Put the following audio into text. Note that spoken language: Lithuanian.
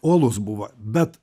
uolus buvo bet